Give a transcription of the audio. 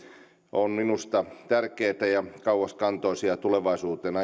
ovat minusta tärkeitä ja kauaskantoisia tulevaisuutta